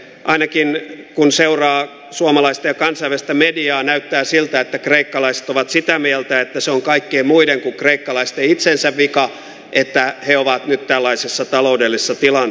ainakin kun seuraa suomalaista ja kansainvälistä mediaa näyttää siltä että kreikkalaiset ovat sitä mieltä että se on kaikkien muiden kuin kreikkalaisten itsensä vika että he ovat nyt tällaisessa taloudellisessa tilanteessa